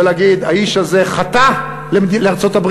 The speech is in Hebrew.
ולהגיד: האיש הזה חטא לארצות-הברית,